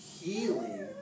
healing